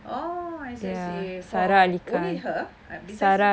oh I see I see for only her uh besides